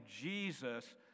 Jesus